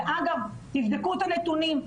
אגב, תבדקו את הנתונים.